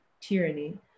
tyranny